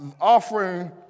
offering